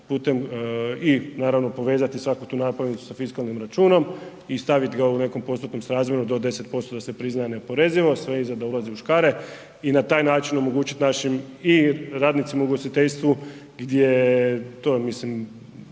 putem i povezati svaku tu napojnicu sa fiskalnim računom i staviti ga u nekom postotnom srazmjeru do 10% da se prizna neoporeziva, sve iza dolazi u škare. I na taj način omogućiti našim i radnicima u ugostiteljstvu gdje to mislim,